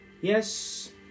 Yes